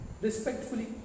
respectfully